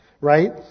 right